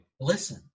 Listen